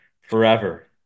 forever